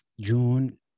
June